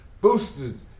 boosted